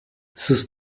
sus